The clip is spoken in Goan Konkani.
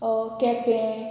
केपें